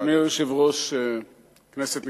אדוני היושב-ראש, כנסת נכבדה,